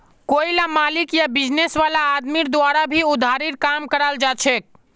कोईला मालिक या बिजनेस वाला आदमीर द्वारा भी उधारीर काम कराल जाछेक